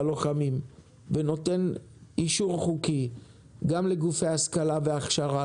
הלוחמים ונותן אישור חוקי גם לגופי ההשכלה וההכשרה,